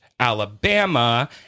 Alabama